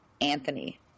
Anthony